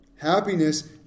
Happiness